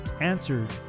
answered